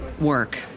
work